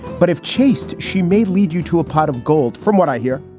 but if chased, she may lead you to a pot of gold. from what i hear.